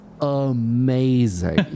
amazing